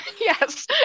Yes